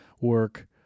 work